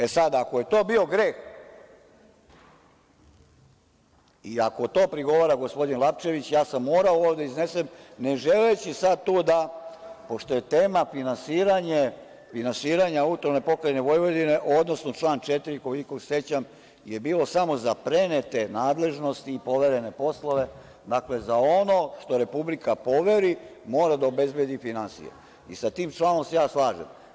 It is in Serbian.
E, sada ako je to bio greh i ako to prigovara gospodin Lapčević, ja sam morao ovo da iznesem, ne želeći sad tu da, pošto je tema finansiranje AP Vojvodine, odnosno član 4, koliko se sećam, je bio samo za prenete nadležnosti i poverene poslove, dakle za ono što Republika poveri, mora da obezbedi finansije i sa tim članom se ja slažem.